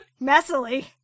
Messily